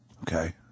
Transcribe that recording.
Okay